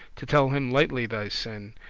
to tell him lightly thy sin,